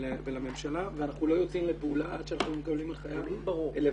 ולממשלה ואנחנו לא יוצאים לפעולה עד שאנחנו מקבלים הנחיה לבצע.